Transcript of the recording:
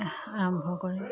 আৰম্ভ কৰে